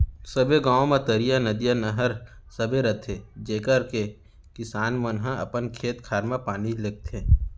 सबे गॉंव म तरिया, नदिया, नहर सबे रथे जेकर ले किसान मन ह अपन खेत खार म पानी लेगथें